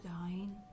dying